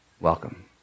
welcome